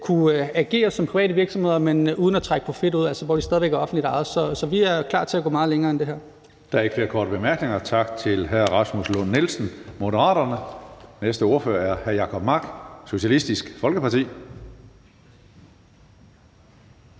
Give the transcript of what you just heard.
kunne agere som private virksomheder, men uden at trække profit ud, altså hvor de stadig væk var offentligt ejet. Så vi er klar til at gå meget længere end det her. Kl. 16:53 Tredje næstformand (Karsten Hønge): Der er ikke flere korte bemærkninger. Tak til hr. Rasmus Lund-Nielsen, Moderaterne. Næste ordfører er hr. Jacob Mark, Socialistisk Folkeparti.